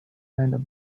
and